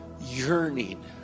Yearning